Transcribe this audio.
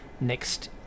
next